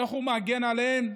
איך הוא מגן עליהם,